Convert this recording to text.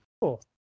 cool